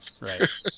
right